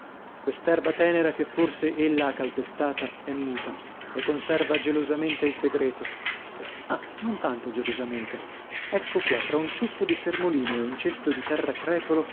quest'erba tenera che forse ella ha calpestata è muta e conserva gelosamente il segreto ah non tanto gelosamente ecco qua tra un ciuffo di sermolino e un cesto di terracrepolo